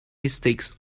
mistakes